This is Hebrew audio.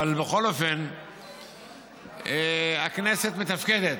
אבל בכל אופן הכנסת מתפקדת.